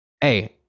Hey